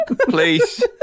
Please